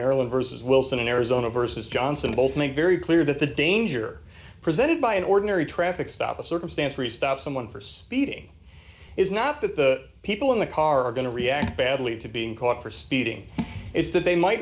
maryland vs wilson arizona vs johnson both made very clear that the danger presented by an ordinary traffic stop a circumstance free stop someone for speeding is not that the people in the car are going to react badly to being caught for speeding it's that they might